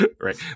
right